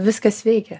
viskas veikia